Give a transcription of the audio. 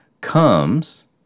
comes